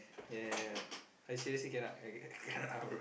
ya I seriously cannot I cannot ah bro